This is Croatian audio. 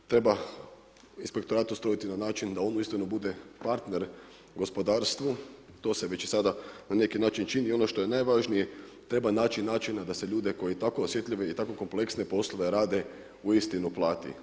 Treba inspektorat ustrojiti na način da on uistinu bude partner gospodarstvu, to se već i sada na neki način čini, ono što je najvažnije, treba naći načina da se ljudi koji tako osjetljive i tako kompleksne poslove rade, uistinu plati.